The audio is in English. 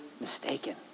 mistaken